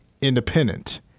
independent